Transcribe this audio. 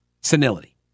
Senility